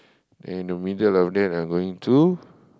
and the middle of that I'm going to